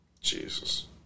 Jesus